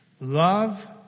love